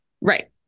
Right